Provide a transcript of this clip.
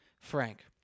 Frank